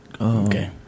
Okay